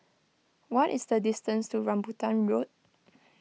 what is the distance to Rambutan Road